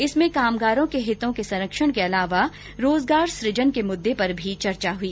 इसमें कामगारों के हितों के संरक्षण के अलावा रोजगार सुजन के मुद्दे पर भी चर्चा हुई